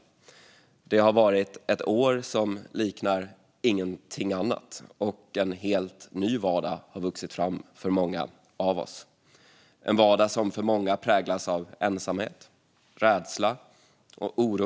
Det har varit ett år som inte liknar någonting annat, och en helt ny vardag har vuxit fram för många av oss. Det är en vardag som för många präglas av ensamhet, rädsla och oro.